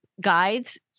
guides